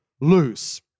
loose